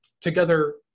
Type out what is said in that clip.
together